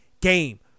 game